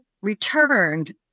returned